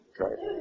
Okay